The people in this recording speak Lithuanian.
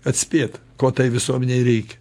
atspėt ko tai visuomenei reikia